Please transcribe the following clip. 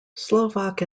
slovak